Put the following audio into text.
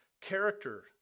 character